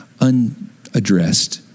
unaddressed